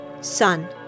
Son